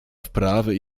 wprawy